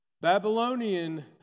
Babylonian